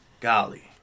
Golly